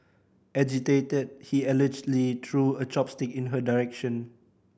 agitated he allegedly threw a chopstick in her direction